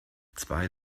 zwei